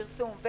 פרסום,